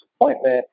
appointment